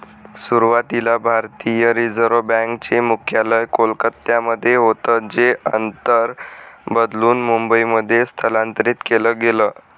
सुरुवातीला भारतीय reserve bank चे मुख्यालय कोलकत्यामध्ये होतं जे नंतर बदलून मुंबईमध्ये स्थलांतरीत केलं गेलं